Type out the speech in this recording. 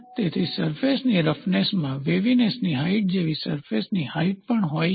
તેથી સરફેસની રફનેસમાં વેવીનેસની હાઇટ જેવી સરફેસની હાઇટ પણ હોય છે